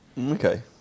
okay